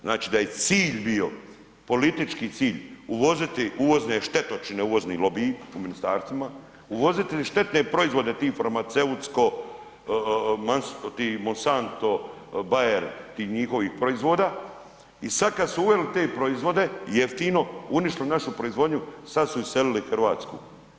Znači da je cilj bio, politički cilj bio uvoziti uvozne štetočine, uvozni lobij u ministarstvima, uvoziti štetne proizvode tim farmaceutsko ti Monsanto, Bayer ti njihovih proizvoda i sad kad su uveli te proizvode, jeftino, uništili našu proizvodnju sad su iselili Hrvatsku.